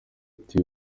ati